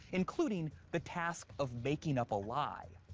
including the task of making up a lie.